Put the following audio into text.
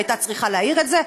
הייתה צריכה להעיר את זה.